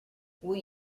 will